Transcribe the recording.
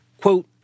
Quote